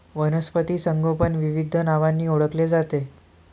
वनस्पती संगोपन विविध नावांनी ओळखले जाते